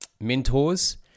mentors